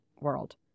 world